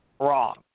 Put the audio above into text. wrong